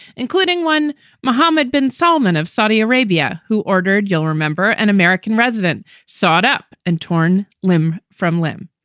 including one muhammed, ben solman of saudi arabia, who ordered, you'll remember, an american resident saw it up and torn limb from limb.